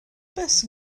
bws